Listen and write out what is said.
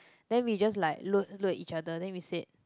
then we just like look look at each other then we said